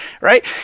right